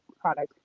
product